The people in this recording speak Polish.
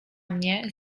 mnie